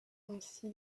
ainsi